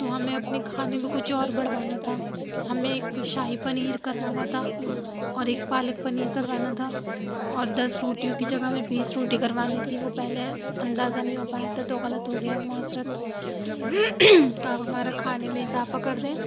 تو ہمیں اپنے کھانے میں کچھ اور بڑھوانا تھا ہمیں ایک شاہی پنیر کروانا تھا اور ایک پالک پنیر کروانا تھا اور دس روٹیوں کی جگہ میں بیس روٹی کروانی تھی وہ پہلے اندازہ نہیں ہو پایا تھا تو غلط ہو گیا معذرت آپ ہمارا کھانے میں اضافہ کر دیں